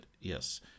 yes